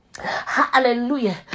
Hallelujah